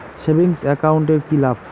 Savings account এর কি লাভ?